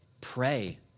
pray